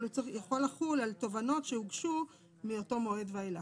אבל הוא יכול לחול על תובענות שהוגשו מאותו מועד ואילך,